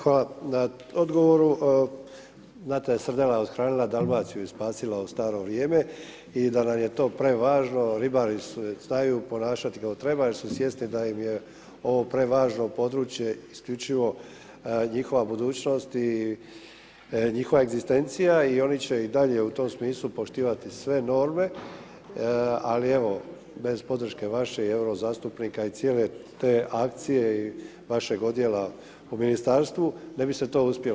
Hvala na odgovoru, znate srdela je othranila Dalmaciju i spasila u staro vrijeme i da nam je to prevažno, ribari su je znaju ponašati kako treba, jer su svjesni da im je ovo prevažno područje, isključivo njihova budućnost i njihova egzistencija i oni će i dalje u tom smislu poštovati sve norme, ali evo, bez podrške vaše i evo zastupnika i cijele te akcije vašeg odjela u ministarstvu, ne bi se to uspjelo.